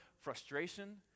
frustration